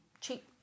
cheap